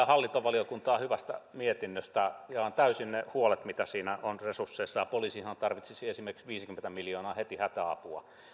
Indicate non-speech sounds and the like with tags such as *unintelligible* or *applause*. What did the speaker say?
*unintelligible* hallintovaliokuntaa hyvästä mietinnöstä jaan täysin ne huolet joita siinä on resursseista ja poliisihan tarvitsisi esimerkiksi viisikymmentä miljoonaa heti hätäapua